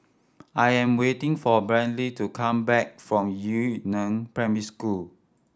I am waiting for Brady to come back from Yu Neng Primary School